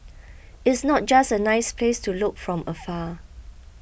it's not just a nice place to look from afar